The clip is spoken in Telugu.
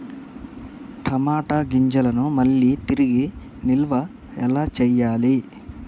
టమాట గింజలను మళ్ళీ తిరిగి నిల్వ ఎలా చేయాలి?